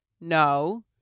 no